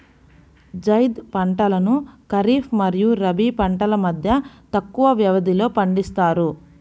జైద్ పంటలను ఖరీఫ్ మరియు రబీ పంటల మధ్య తక్కువ వ్యవధిలో పండిస్తారు